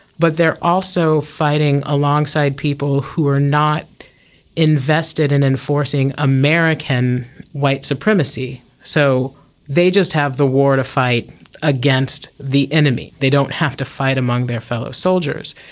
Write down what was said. but they are also fighting alongside people who were not invested in enforcing american white supremacy. so they just have the war to fight against the enemy, they don't have to fight among their fellow soldiers.